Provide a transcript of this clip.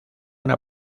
una